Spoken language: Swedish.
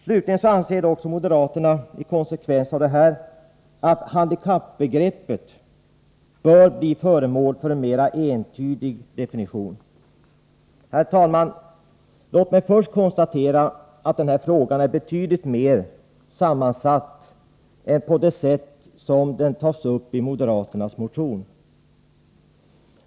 Slutligen anser moderaterna i konsekvens med detta att ”handikappbegreppet” bör bli föremål för en mera entydig definition. Herr talman! Låt mig först konstatera att den här frågan är betydligt mer sammansatt än vad som framgår av det sätt på vilket den tas upp i moderaternas motion.